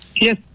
Yes